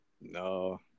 No